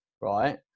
right